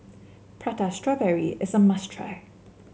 Prata Strawberry is a must try